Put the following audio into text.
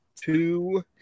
two